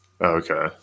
Okay